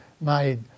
made